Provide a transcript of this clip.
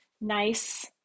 nice